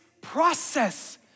process